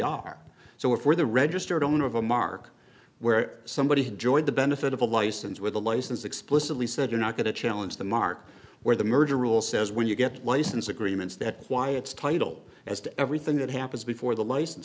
are so if we're the registered owner of a mark where somebody's enjoyed the benefit of a license with a license explicitly said you're not going to challenge the mark where the merger rule says when you get a license agreements that quiets title as to everything that happens before the license